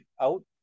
out